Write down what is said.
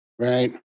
Right